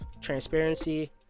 transparency